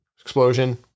explosion